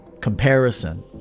comparison